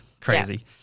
crazy